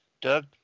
Doug